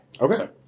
Okay